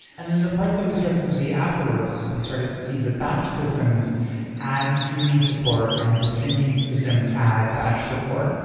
and then the parts that we started to see afterwards is we started to see the batch systems add streaming support, and the streaming systems add batch support,